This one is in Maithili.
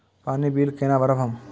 पानी बील केना भरब हम?